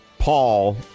Paul